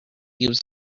use